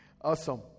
awesome